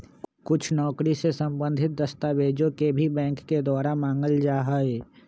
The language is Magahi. कुछ नौकरी से सम्बन्धित दस्तावेजों के भी बैंक के द्वारा मांगल जा हई